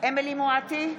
אמילי חיה מואטי,